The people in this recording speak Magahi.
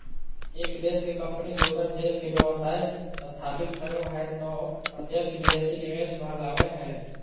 एक देश के कम्पनी दोसर देश मे व्यवसाय स्थापित करो हय तौ प्रत्यक्ष विदेशी निवेश कहलावय हय